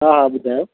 हा हा ॿुधायो